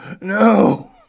no